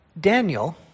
Daniel